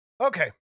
Okay